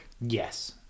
Yes